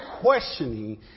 questioning